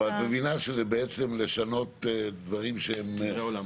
אבל את מבינה שזה בעצם לשנות דברים שהם --- סדרי עולם.